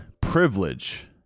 privilege